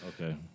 Okay